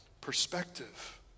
perspective